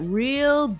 real